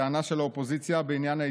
אדוני היושב-ראש, ממשלת השמאל הפרוגרסיבית הזאת